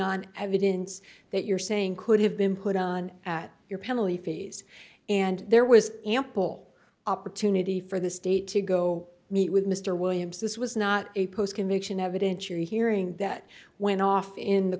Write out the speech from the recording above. on evidence that you're saying could have been put on at your penalty phase and there was ample opportunity for the state to go meet with mr williams this was not a post conviction evidentiary hearing that went off in the